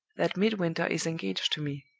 that midwinter is engaged to me.